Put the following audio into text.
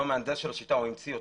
הוא המהנדס של השיטה, הוא המציא אותה.